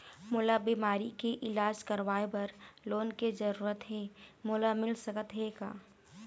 मोला बीमारी के इलाज करवाए बर लोन के जरूरत हे मोला मिल सकत हे का?